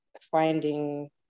finding